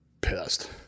pissed